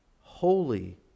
holy